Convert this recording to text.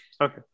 Okay